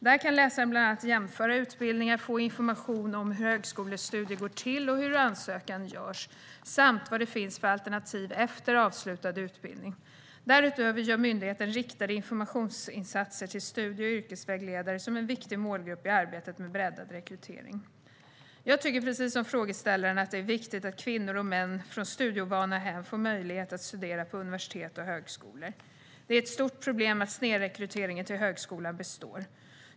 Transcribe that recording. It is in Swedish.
Där kan läsaren bland annat jämföra utbildningar, få information om hur högskolestudier går till och hur ansökan görs samt vad det finns för alternativ efter avslutad utbildning. Därutöver gör myndigheten riktade informationsinsatser till studie och yrkesvägledare, som är en viktig målgrupp i arbetet med breddad rekrytering. Jag tycker precis som frågeställaren att det är viktigt att kvinnor och män från studieovana hem får möjlighet att studera på universitet och högskolor. Det är ett stort problem att snedrekryteringen till högskolan består.